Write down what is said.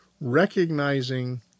recognizing